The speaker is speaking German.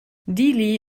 dili